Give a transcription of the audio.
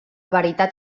veritat